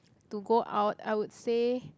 to go out I would say